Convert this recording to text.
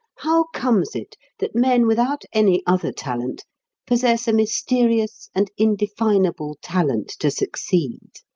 how comes it that men without any other talent possess a mysterious and indefinable talent to succeed?